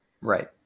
Right